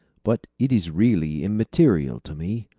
but it is really immaterial to me,